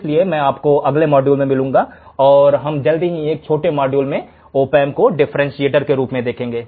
इसलिए मैं आपको अगले मॉड्यूल में मिलूंगा और हम जल्दी से एक बहुत ही छोटे मॉड्यूल में ऑपैंप को एक डिफरेंटशिएटर के रूप देखेंगे